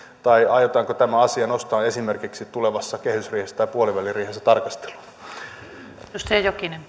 tai aiotaanko tämä asia nostaa esimerkiksi tulevassa kehysriihessä tai puoliväliriihessä tarkasteluun